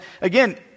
again